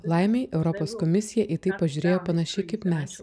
laimei europos komisija į tai pažiūrėjo panašiai kaip mes